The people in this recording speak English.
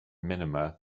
minima